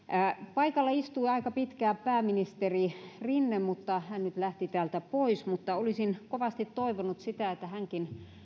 paikalla istui aika pitkään pääministeri rinne mutta hän nyt lähti täältä pois olisin kovasti toivonut sitä että hänkin